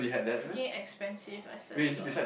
freaking expensive I swear to god